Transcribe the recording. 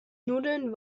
nudeln